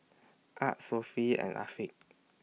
Ahad Sofea and Afiq